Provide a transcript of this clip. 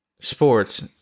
sports